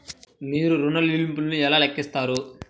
మీరు ఋణ ల్లింపులను ఎలా లెక్కిస్తారు?